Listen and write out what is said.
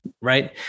right